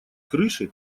крыши